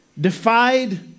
defied